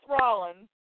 Rollins